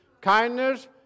kindness